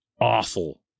awful